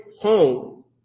home